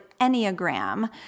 Enneagram